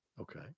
Okay